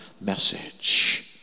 message